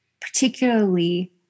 particularly